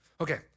Okay